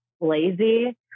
lazy